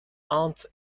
aunt